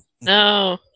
No